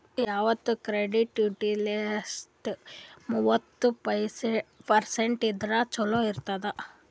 ಯವಾಗ್ನು credit utilised ಮೂವತ್ತ percent ಇದ್ದುರ ಛಲೋ ಅಂತಾರ್